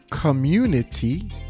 Community